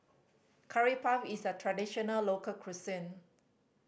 Curry Puff is a traditional local cuisine